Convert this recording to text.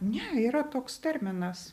ne yra toks terminas